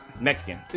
Mexican